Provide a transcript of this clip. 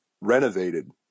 renovated